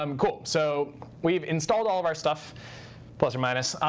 um cool. so we've installed all of our stuff plus or minus.